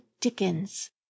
dickens